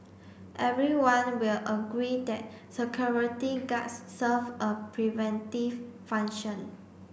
everyone will agree that security guards serve a preventive function